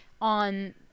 on –